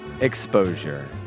exposure